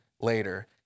later